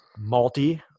malty